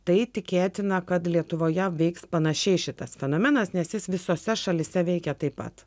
tai tikėtina kad lietuvoje veiks panašiai šitas fenomenas nes jis visose šalyse veikia taip pat